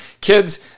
kids